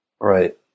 right